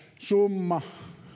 summa